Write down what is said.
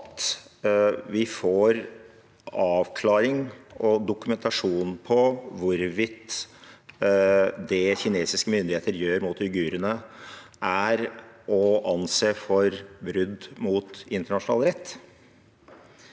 og dokumentasjon på hvorvidt det kinesiske myndigheter gjør mot uigurene, er å anse for brudd mot internasjonal rett?